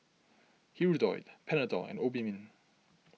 Hirudoid Panadol and Obimin